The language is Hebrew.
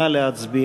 נא להצביע.